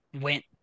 went